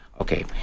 Okay